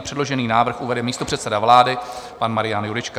Předložený návrh uvede místopředseda vlády pan Marian Jurečka.